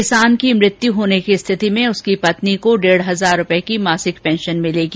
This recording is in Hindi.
किसान की मृत्यु होने की स्थिति में उसकी पत्नी को डेढ हजार रूपए की मासिक पेंशन मिलेगी